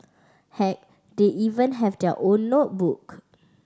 heck they even have their own notebook